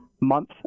month